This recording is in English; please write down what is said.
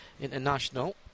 International